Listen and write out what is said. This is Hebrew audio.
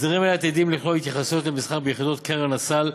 הסדרים אלה עתידים לכלול התייחסות למסחר ביחידות קרן הסל,